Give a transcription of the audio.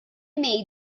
made